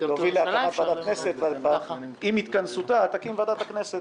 שעם התכנסותה, תקים ועדת הכנסת